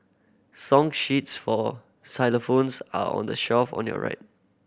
song sheets for xylophones are on the shelf on your right